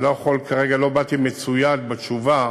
אני לא באתי מצויד בתשובה